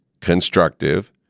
constructive